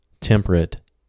temperate